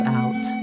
out